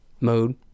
mode